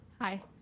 hi